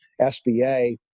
SBA